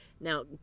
Now